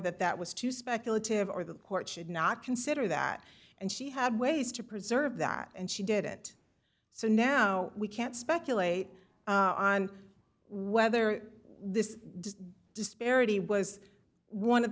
that that was too speculative or the court should not consider that and she had ways to preserve that and she did it so now we can't speculate on whether this disparity was one of